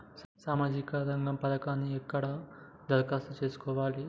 సామాజిక రంగం పథకానికి ఎక్కడ ఎలా దరఖాస్తు చేసుకోవాలి?